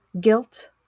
guilt